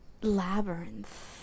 labyrinth